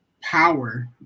power